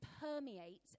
permeate